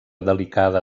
delicada